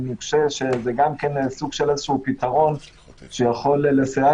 אני חושב שזה גם איזשהו סוג של פתרון שיכול לסייע